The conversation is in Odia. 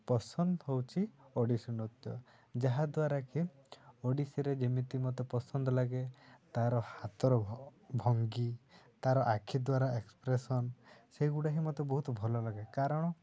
ପସନ୍ଦ ହେଉଛି ଓଡ଼ିଶୀ ନୃତ୍ୟ ଯାହା ଦ୍ୱାରାକି ଓଡ଼ିଶୀରେ ଯେମିତି ମୋତେ ପସନ୍ଦ ଲାଗେ ତା'ର ହାତର ଭଙ୍ଗୀ ତା'ର ଆଖି ଦ୍ୱାରା ଏକ୍ସପ୍ରେସନ୍ ସେଗୁଡ଼ା ହିଁ ମୋତେ ବହୁତ ଭଲ ଲାଗେ କାରଣ